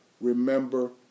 Remember